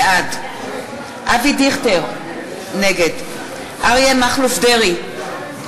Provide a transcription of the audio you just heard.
בעד אבי דיכטר, נגד אריה מכלוף דרעי,